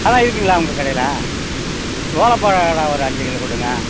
அதெலாம் இருக்குங்களா உங்கள் கடைல ஓலப்பக்கோடா ஒரு ஒரு அஞ்சு கிலோ கொடுங்க